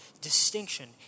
distinction